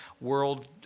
world